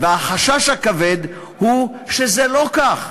והחשש הכבד הוא שזה לא כך.